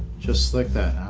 just like that,